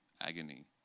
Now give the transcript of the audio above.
agony